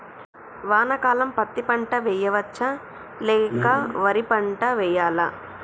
వానాకాలం పత్తి పంట వేయవచ్చ లేక వరి పంట వేయాలా?